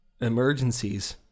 emergencies